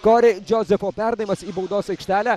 kori džozefo perdavimas į baudos aikštelę